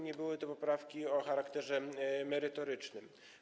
Nie były to poprawki o charakterze merytorycznym.